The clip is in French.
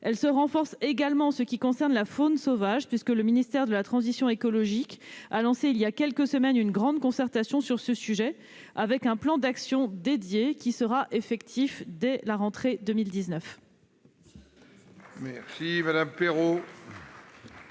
l'élevage, mais également en ce qui concerne la faune sauvage, puisque le ministère de la transition écologique et solidaire a lancé il y a quelques semaines une grande concertation sur le sujet, et un plan d'action dédié sera effectif dès la rentrée 2019. La parole est